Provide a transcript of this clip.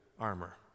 armor